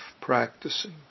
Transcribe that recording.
practicing